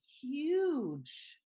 huge